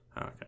Okay